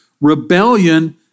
rebellion